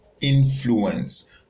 influence